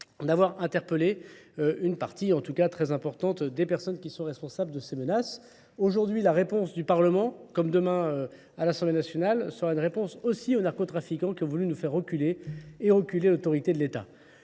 d'avoir interpellé une partie, en tout cas très importante, des personnes qui sont responsables de ces menaces. Aujourd'hui, la réponse du Parlement, comme demain à l'Assemblée nationale, sera une réponse aussi aux narcotrafiquants qui ont voulu nous faire reculer et reculer l'autorité de l'État.